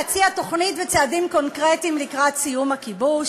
להציע תוכנית וצעדים קונקרטיים לקראת סיום הכיבוש,